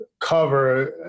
cover